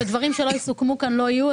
ודברים שלא יסוכמו כאן לא יהיו.